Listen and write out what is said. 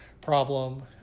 problem